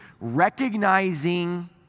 recognizing